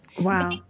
Wow